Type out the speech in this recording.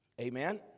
Amen